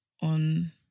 on